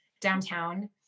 downtown